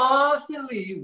Constantly